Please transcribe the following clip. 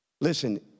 Listen